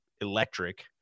electric